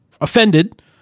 offended